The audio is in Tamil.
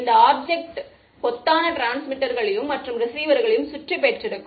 இந்த ஆப்ஜெக்ட் கொத்தான டிரான்ஸ்மிட்டர்களையும் மற்றும் ரிசீவ்ர்களையும் சுற்றி பெற்று இருக்கும்